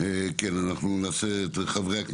אפשר לדבר?